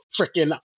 freaking